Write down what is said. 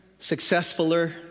successfuler